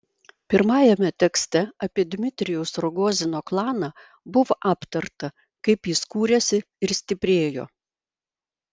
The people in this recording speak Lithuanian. pirmajame tekste apie dmitrijaus rogozino klaną buvo aptarta kaip jis kūrėsi ir stiprėjo